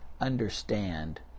understand